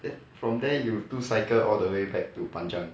then from there you two cycle all the way back to panjang